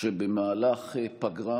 שבמהלך פגרה